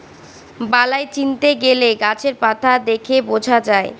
বালাই চিনতে গেলে গাছের পাতা দেখে বোঝা যায়